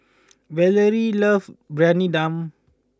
Valerie loves Briyani Dum